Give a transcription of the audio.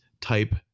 type